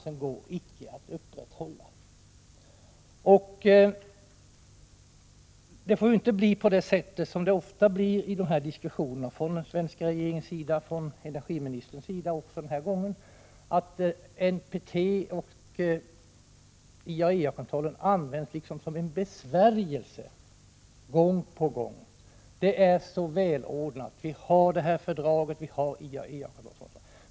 Det får inte vara så som det ofta blir i dessa diskussioner, nämligen att NPT och IAEA-kontrollen från den svenska regeringens sida, från energiministerns sida — också den här gången — ideligen används liksom en besvärjelse. Man säger att det är så välordnat, att vi har det här fördraget och IAEA-kontrollen.